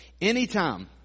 Anytime